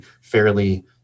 fairly